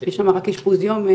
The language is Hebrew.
יש שם רק אשפוז יום?